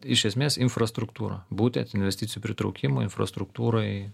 iš esmės infrastruktūra būtent investicijų pritraukimui infrastruktūrai